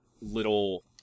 little